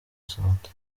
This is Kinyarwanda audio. sante